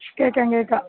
കേൾക്കാം കേൾക്കാം